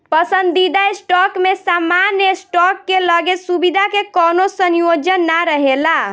पसंदीदा स्टॉक में सामान्य स्टॉक के लगे सुविधा के कवनो संयोजन ना रहेला